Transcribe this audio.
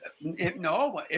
No